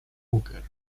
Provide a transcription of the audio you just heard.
hooker